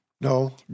No